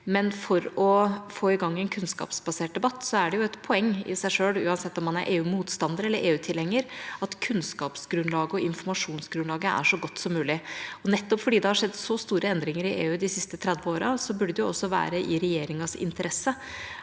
men for å få i gang en kunnskapsbasert debatt er det jo et poeng i seg selv, uansett om man er EUmotstander eller EU-tilhenger, at kunnskapsgrunnlaget og informasjonsgrunnlaget er så godt som mulig. Nettopp fordi det har skjedd så store endringer i EU de siste 30 årene, burde det også være i regjeringas interesse